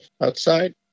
outside